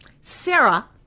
Sarah